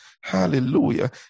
hallelujah